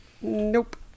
Nope